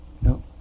no